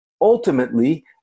ultimately